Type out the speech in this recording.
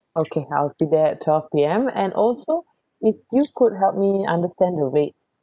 okay I'll be there at twelve P_M and also if you could help me understand the way